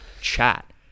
chat